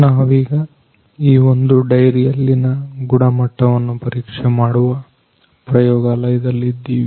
ನಾವೀಗ ಈ ಒಂದು ಡೈರಿಯಲ್ಲಿನ ಗುಣಮಟ್ಟವನ್ನ ಪರೀಕ್ಷೆ ಮಾಡುವ ಪ್ರಯೋಗಾಲಯದಲ್ಲಿ ಇದ್ದೀವಿ